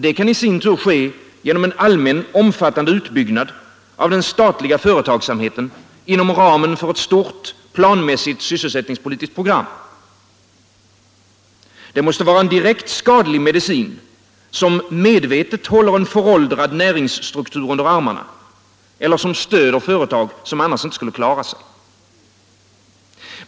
Det kan ske genom en allmän, omfattande utbyggnad av den statliga företagsamheten inom ramen för ett stort, planmässigt sysselsättningspolitiskt program. Det måste vara en direkt skadlig medicin, som medvetet håller en föråldrad näringsstruktur under armarna eller som stöder företag som annars inte skulle klara sig.